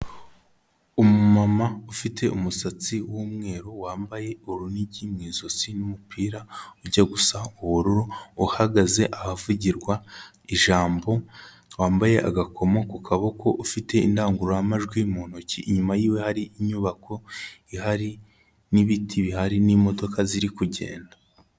Umuma ufite umusatsi w'umweru, wambaye urunigi mu izosi n'umupira ujya gusa ubururu, uhagaze ahavugirwa ijambo, wambaye agakomo ku kaboko ufite indangururamajwi mu ntoki, inyuma yiwe hari inyubako ihari n'ibiti bihari n'imodoka ziri kugenda.